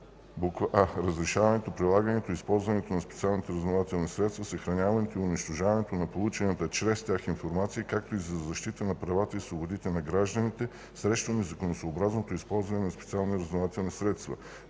по: а) разрешаването, прилагането и използването на специалните разузнавателни средства, съхраняването и унищожаването на получената чрез тях информация, както и за защита на правата и свободите на гражданите срещу незаконосъобразното използване на специални разузнавателни средства;